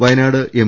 Wayanad M